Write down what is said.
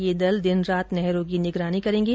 ये दल दिन रात नहरों की निगरानी करेंगें